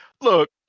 look